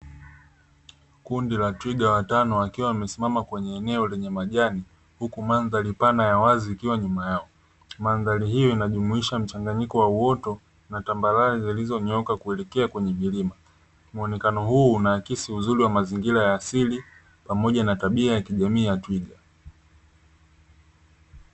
Kundi la twiga watano wakiwa wamesimama kwenye eneo lenye majani, huku mandhari pana ya wazi ikiwa nyuma yao. Mandhari hiyo inajumuisha mchanganyiko wa uoto na tambarare zilizonyooka kuelekea kwenye milima. Muonekano huu unaakisi mazingira ya asili pamoja na tabia ya kijamii ya twiga.